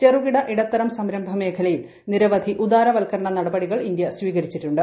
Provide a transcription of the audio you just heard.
ചെറുകിട ഇടത്തരം സംരംഭ മേഖലയിൽ നിരവധി ഉദാരവൽക്കരണ നടപടികൾ സ്വീകരിച്ചിട്ടുണ്ട്